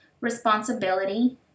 responsibility